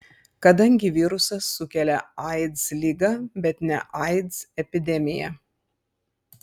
kadangi virusas sukelia aids ligą bet ne aids epidemiją